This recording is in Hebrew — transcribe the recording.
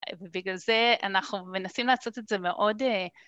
ובגלל זה אנחנו מנסים לעשות את זה, מאוד...